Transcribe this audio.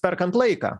perkant laiką